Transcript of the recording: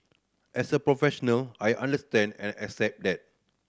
as a professional I understand and accept that